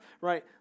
right